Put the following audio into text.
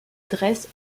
dresse